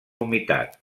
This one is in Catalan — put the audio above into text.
humitat